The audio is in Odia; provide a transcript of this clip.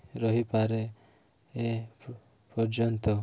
ରହିପାରେ ଏ ପର୍ଯ୍ୟନ୍ତ